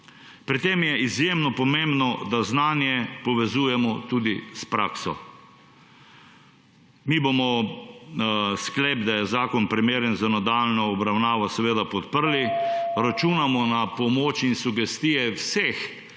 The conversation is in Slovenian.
Pri tem je izjemno pomembno, da znanje povezujemo tudi s prakso. Mi bomo sklep, da je zakon primeren za nadaljnjo obravnavo, seveda podprli. Računamo na pomoč in sugestije vseh